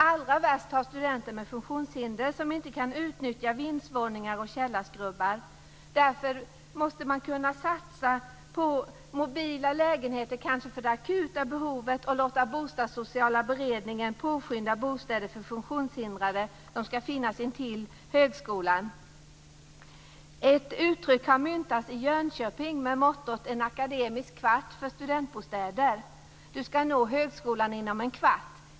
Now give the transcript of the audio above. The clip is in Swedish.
Allra värst har de studenter det som har funktionshinder och som inte kan utnyttja vindsvåningar och källarskrubbar. Därför måste man kanske kunna satsa på mobila lägenheter för det akuta behovet och låta Bostadssociala beredningen påskynda bostäder för funktionshindrade. De ska finnas intill högskolan. I Jönköping har ett uttryck myntats med mottot "en akademisk kvart" för studentbostäder. Du ska nå högskolan inom en kvart.